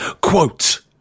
Quote